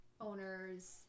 owners